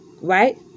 Right